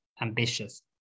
ambitious